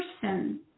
person